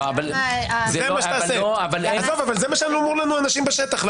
זה מה שאמרו לנו אנשים בשטח.